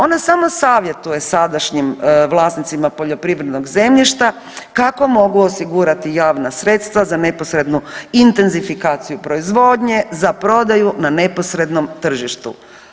Ona samo savjetuje sadašnjim vlasnicima poljoprivrednog zemljišta kako mogu osigurati javna sredstva za neposrednu intenzifikaciju proizvodnje, za prodaju na neposrednom tržištu.